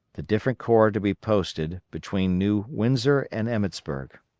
the different corps to be posted between new windsor and emmetsburg.